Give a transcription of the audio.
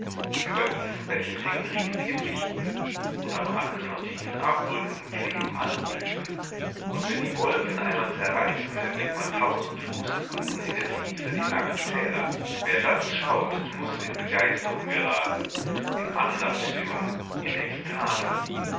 über gießbächen hängen riesige fichten und am rande von tiefen abgründen kleben alpenhütten und wenn die wolken einmal zerreißen erblickt man tausend fuß unten in der tiefe die langen täler wer das schaut muß in begeisterung geraten in andachtsstimmung in ekstase